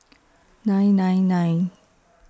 nine nine nine